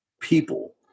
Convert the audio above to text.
people